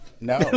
No